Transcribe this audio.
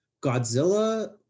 godzilla